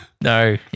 No